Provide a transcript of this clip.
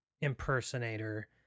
impersonator